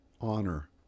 honor